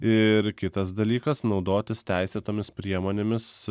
ir kitas dalykas naudotis teisėtomis priemonėmis